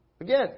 Again